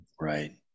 Right